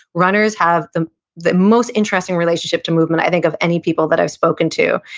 runners have the the most interesting relationship to movement, i think, of any people that i've spoken to.